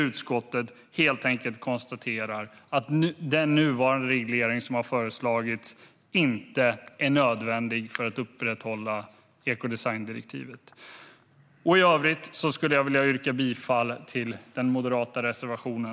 Utskottet konstaterar helt enkelt att den reglering som har föreslagits inte är nödvändig för att upprätthålla ekodesigndirektivet. Herr talman! I övrigt yrkar jag bifall till den moderata reservationen.